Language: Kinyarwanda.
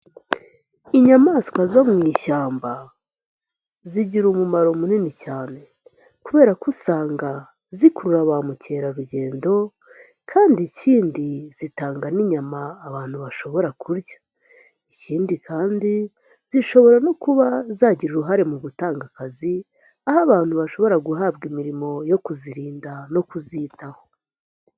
Inyamaswa zo mu ishyamba zigira umumaro munini cyane kubera ko usanga zikurura ba mukerarugendo kandi ikindi zitanga n'inyama abantu bashobora kurya. Ikindi kandi zishobora no kuba zagira uruhare mu gutanga akazi aho abantu bashobora guhabwa imirimo yo kuzirinda no kuzitaho.